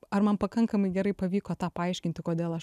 ar man pakankamai gerai pavyko tą paaiškinti kodėl aš